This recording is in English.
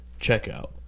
checkout